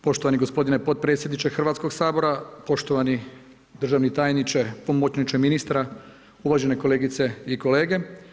Poštovani gospodine potpredsjedniče Hrvatskog sabora, poštovani državni tajniče, pomoćniče ministra, uvažene kolegice i kolege.